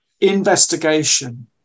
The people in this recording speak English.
investigation